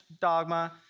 dogma